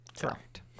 Correct